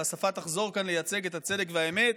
והשפה תחזור כאן לייצר את הצדק והאמת,